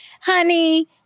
Honey